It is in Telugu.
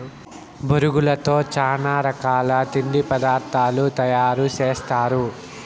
బొరుగులతో చానా రకాల తిండి పదార్థాలు తయారు సేస్తారు